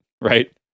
right